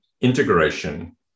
integration